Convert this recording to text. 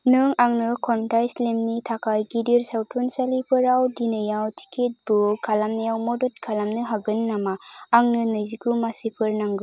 नों आंनो खन्थाइ स्लेमनि थाखाय गिदिर सावथुनसालिफोरआव दिनैआव टिकेट बुक खालामनायाव मदद खालामनो हागोन नामा आंनो नैजिगु मासिफोर नांगौ